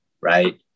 right